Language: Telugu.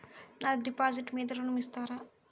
నా డిపాజిట్ మీద ఋణం ఇస్తారా?